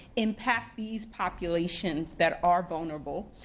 impact these populations that are vulnerable,